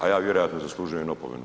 A ja vjerojatno zaslužujem opomenu.